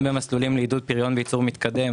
אם במסלולים לעידוד פריון וייצור מתקדם